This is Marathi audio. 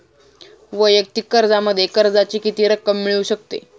वैयक्तिक कर्जामध्ये कर्जाची किती रक्कम मिळू शकते?